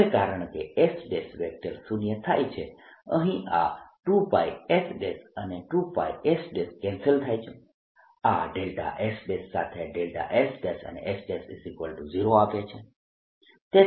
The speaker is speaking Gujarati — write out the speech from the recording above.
હવે કારણકે s શૂન્ય થાય છે અહીં આ 2πs અને 2πs કેન્સલ થાય છે આ s સાથે ds મને s0 આપે છે